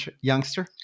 youngster